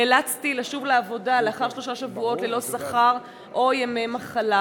נאלצתי לשוב לעבודה לאחר שלושה שבועות ללא שכר או ימי מחלה.